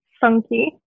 funky